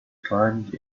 climbed